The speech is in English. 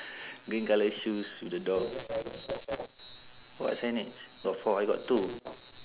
green colour shoes with the dog what signage got four I got two